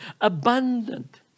abundant